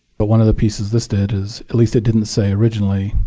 but one of the pieces this did is at least it didn't say, originally,